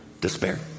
Despair